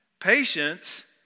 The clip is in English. Patience